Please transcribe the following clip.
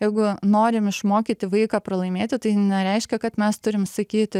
jeigu norim išmokyti vaiką pralaimėti tai nereiškia kad mes turim sakyti